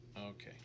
Okay